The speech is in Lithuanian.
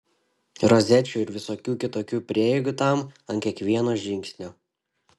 rozečių ir visokių kitokių prieigų tam ant kiekvieno žingsnio